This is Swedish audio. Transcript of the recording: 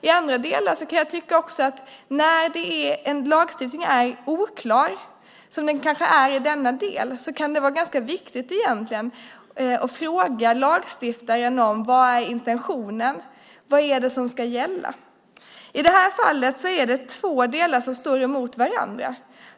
I andra delar kan jag tycka att när en lagstiftning är oklar, som den kanske är i denna del, kan det vara ganska viktigt att fråga lagstiftaren vilken intentionen egentligen är. Vad är det som ska gälla? I det här fallet är det två delar som står emot varandra.